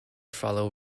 follow